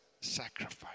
sacrifice